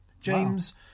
James